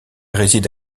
réside